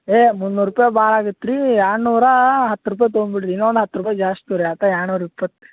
ಏ ಮುನ್ನೂರು ರೂಪಾಯಿ ಭಾಳ ಆಗತ್ತು ರೀ ಎರಡು ನೂರು ಹತ್ತು ರೂಪಾಯಿ ತಗೊಂಬಿಡ್ರಿ ಇನ್ನೊಂದು ಹತ್ತು ರೂಪಾಯಿ ಜಾಸ್ತಿ ತೋರಿ ಅಕ್ಕ ಎರಡು ನೂರ ಇಪ್ಪತ್ತು